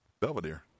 Belvedere